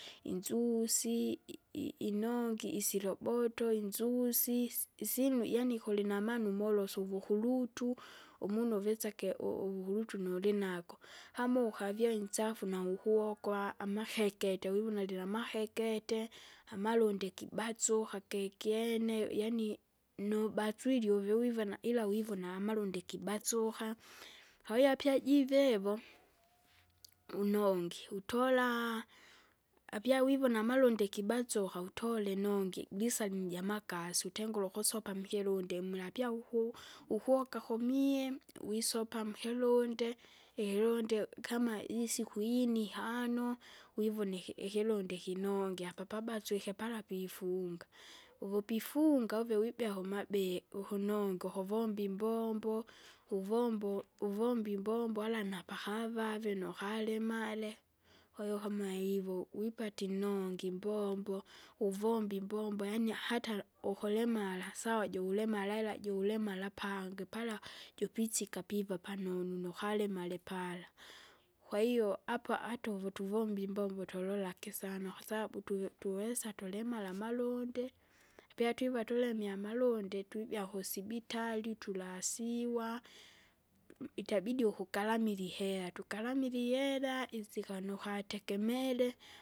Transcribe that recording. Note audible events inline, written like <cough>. Injusi i- i- inongi isiloboto, inzusi si isinu yaani kulinamanu molosu uvukurutu, umunu vitseke u- uvukurutu nulinago, <noise> kama ukavie inchafu na ukuhokwa, amakekete vivona alinahekete, amalundi kibatsuka, kikyene yaani nubaswili uvi wivona ila wivona amalundi kibatsuka. Kawia pia jivevo, unongi utola, apyawivona amalundi kibatsuka utiole inongi iglisalini jamakasi utengule ukusopa mikilundi mula, apyawuku, ukoka kumie, wisopa mukilundi, ikilundi, ikilundi kama jisiku ini ihano, wivune iki- ikilundi ikinongi apa[abaswike pala pifunga. Uvu pifunga uve wibea kumabe ukunonga ukuvomba imbombo, uvombo- uvomba imbombo wala napakavave nokalimale, kwahiyo kama ivo wipate inongi imbombo, uvomba imbombo yaani hata ukolemala sawa julemara ila julemara pange pale jupisika piva panunu nukalimale pala. Kwahiyo apoa ata uvu tuvomba imbombo tulola kisano kwasabu tuve- tuwesa tulimara amalundi, pia twiva tulemie amalundi twibia kusibitari, tulasiwa <unintelligible> itabidi ukugalamila ihera, tugalamile ihera isikanu ukategemere.